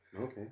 Okay